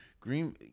Green